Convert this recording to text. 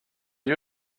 you